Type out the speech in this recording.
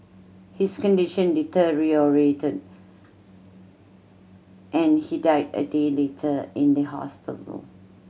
his condition deteriorated and he died a day later in the hospital